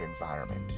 environment